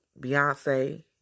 Beyonce